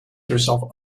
herself